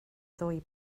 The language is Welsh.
ddwy